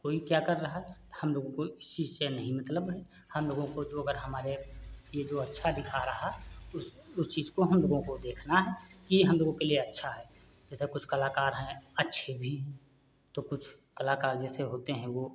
कोई क्या कर रहा है हमलोगों को इस चीज़ से नहीं मतलब है हमलोगों को जो अगर हमारे यह जो अच्छा दिखा रहा उस उस चीज़ को हमलोगों को देखना है कि हमलोगों के लिए अच्छा है जैसे कुछ कलाकार हैं अच्छे भी हैं तो कुछ कलाकार जैसे होते हैं वह